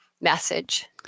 message